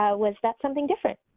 ah was that something different,